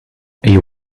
you